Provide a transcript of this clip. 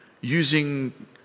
using